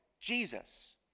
Jesus